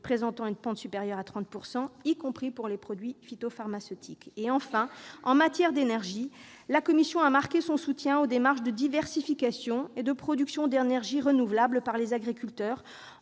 présentant une pente supérieure à 30 %, y compris pour les produits phytopharmaceutiques. Enfin, en matière d'énergie, la commission a marqué son soutien aux démarches de diversification et de production d'énergies renouvelables par les agriculteurs,